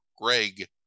greg